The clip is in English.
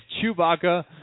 Chewbacca